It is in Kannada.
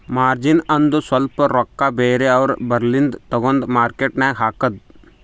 ಮಾರ್ಜಿನ್ ಅಂದುರ್ ಸ್ವಲ್ಪ ರೊಕ್ಕಾ ಬೇರೆ ಅವ್ರ ಬಲ್ಲಿಂದು ತಗೊಂಡ್ ಮಾರ್ಕೇಟ್ ನಾಗ್ ಹಾಕದ್